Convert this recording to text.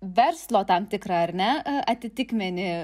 verslo tam tikrą ar ne atitikmenį